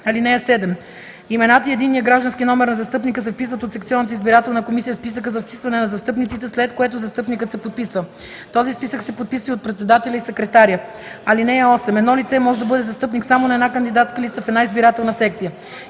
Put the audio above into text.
(7) Имената и единният граждански номер на застъпника се вписват от секционната избирателна комисия в списъка за вписване на застъпниците, след което застъпникът се подписва. Този списък се подписва и от председателя и секретаря. (8) Едно лице може да бъде застъпник само на една кандидатска листа в една избирателна секция.